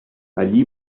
allí